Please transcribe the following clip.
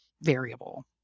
variable